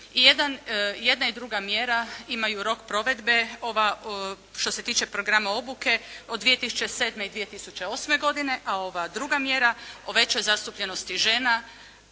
jedna i druga mjera imaju rok provedbe. Ova što se tiče programa obuke od 2007. i 2008. godine, a ova druga mjera o većoj zastupljenosti žena